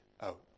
out